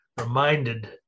reminded